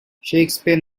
shakespeare